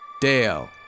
Dale